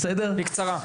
בקצרה.